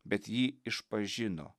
bet jį išpažino